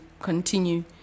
continue